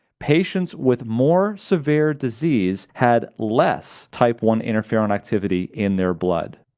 patients with more severe disease had less type one interferon activity in their blood